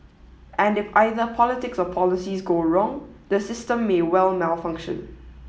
and if either politics or policies go wrong the system may well malfunction